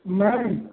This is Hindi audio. नहीं